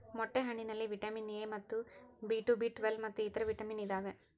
ಮೊಟ್ಟೆ ಹಣ್ಣಿನಲ್ಲಿ vitamin A ಮತ್ತು ಬಿ ಟು ಬಿ ಟ್ವೇಲ್ವ್ ಮತ್ತು ಇತರೆ ವಿಟಾಮಿನ್ ಇದಾವೆ